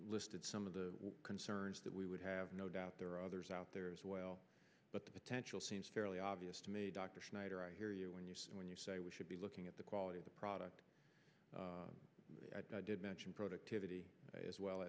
listed some of the concerns that we would have no doubt there are others out there as well but the potential seems fairly obvious to me dr schneider i hear you when you when you say we should be looking at the quality of the product did mention productivity as well